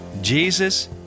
Jesus